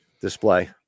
Display